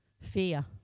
fear